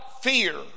fear